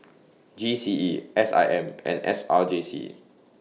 G C E S I M and S R J C